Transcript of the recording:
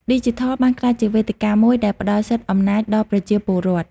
ឌីជីថលបានក្លាយជាវេទិកាមួយដែលផ្ដល់សិទ្ធិអំណាចដល់ប្រជាពលរដ្ឋ។